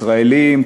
ישראלים,